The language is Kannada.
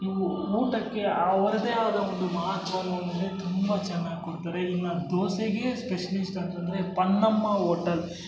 ಇವು ಊಟಕ್ಕೆ ಅವರದ್ದೇ ಆದ ಒಂದು ಮಹತ್ವವನ್ನು ನಮಗೆ ತುಂಬ ಚೆನ್ನಾಗ್ ಕೊಡ್ತಾರೆ ಇನ್ನು ದೋಸೆಗೇ ಸ್ಪೆಷ್ಲಿಷ್ಟ್ ಅಂತಂದರೆ ಪನ್ನಮ್ಮ ಓಟಲ್